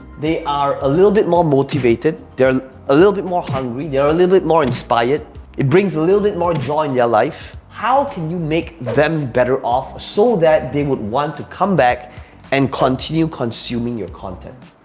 they are a little bit more motivated, they're a little bit more hungry, they're a little bit more inspired, it brings a little bit more joy in their yeah life. how can you make them better off so that they would want to come back and continue consuming your content.